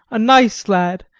a nice lad,